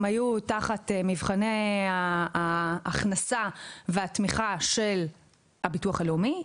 היו תחת מבחני ההכנסה והתמיכה של הביטוח הלאומי,